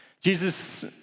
Jesus